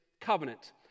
covenant